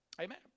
Amen